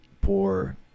poor